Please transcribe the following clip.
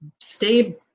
stay